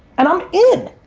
and i'm in,